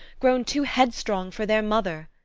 grown too headstrong for their mother.